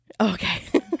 Okay